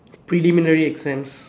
preliminary exams